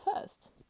first